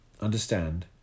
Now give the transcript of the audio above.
Understand